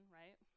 right